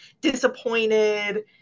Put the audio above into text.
disappointed